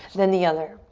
then the other.